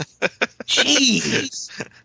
Jeez